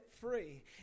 free